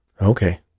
Okay